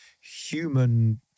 human